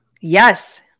Yes